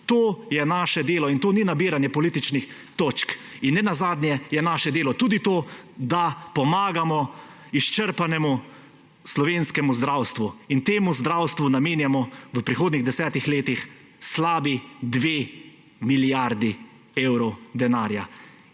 To je naše delo in to ni nabiranje političnih točk. In nenazadnje je naše delo tudi to, da pomagamo izčrpanemu slovenskemu zdravstvu in temu zdravstvu namenjamo v prihodnjih desetih letih slabi 2 milijardi evrov denarja.